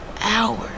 hours